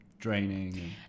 draining